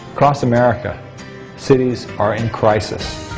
across america cities are in crisis.